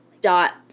dot